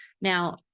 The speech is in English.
Now